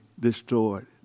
destroyed